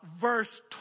verse